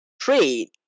trade